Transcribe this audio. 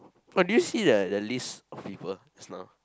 but did you see the the list of people just now